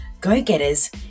go-getters